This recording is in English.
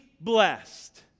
blessed